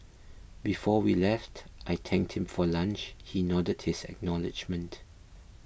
before we left I thanked him for lunch he nodded his acknowledgement